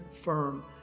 firm